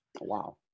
Wow